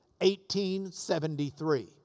1873